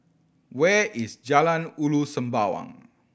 where is Jalan Ulu Sembawang